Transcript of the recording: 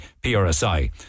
PRSI